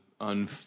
un